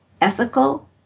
ethical